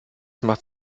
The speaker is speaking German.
macht